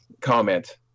comment